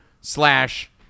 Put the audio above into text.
slash